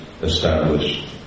established